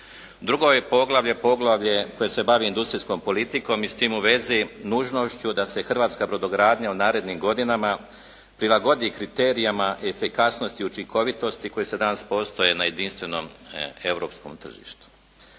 Drugo je poglavlje poglavlje koje se bavi industrijskom politikom i s tim u vezi nužnošću da se hrvatska brodogradnja u narednim godinama prilagodi kriterijima efikasnosti i učinkovitosti koji se danas postoje na jedinstvenom europskom tržištu.